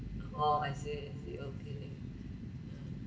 oh I see I see okay ah